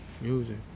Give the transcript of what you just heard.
music